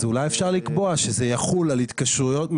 אז אולי אפשר לקבוע שזה יחול על התקשרויות,